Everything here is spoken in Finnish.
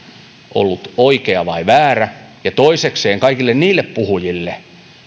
ollut oikea vai väärä toisekseen kaikille niille puhujille